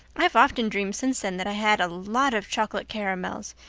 i've often dreamed since then that i had a lot of chocolate caramels,